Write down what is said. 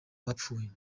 bapfuye